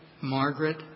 Margaret